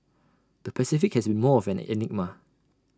the Pacific has been more of an enigma